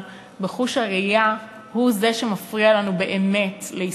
בחוש הראייה הוא שמפריע לנו באמת להסתכל.